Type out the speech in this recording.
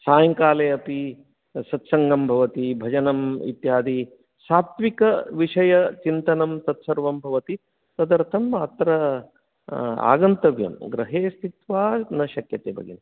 सायङ्काले अपि सत्सङ्गं भवति भजनम् इत्यदि सात्विकविषयचिन्तनं तत्सर्वं भवति तदर्थम् अत्र आगन्तव्यं गृहे स्थित्त्वा न शक्यते भगिनी